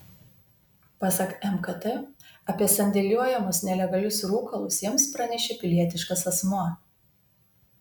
pasak mkt apie sandėliuojamus nelegalius rūkalus jiems pranešė pilietiškas asmuo